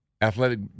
athletic